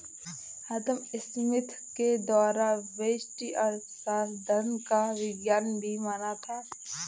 अदम Smith के द्वारा व्यष्टि अर्थशास्त्र धन का विज्ञान भी माना था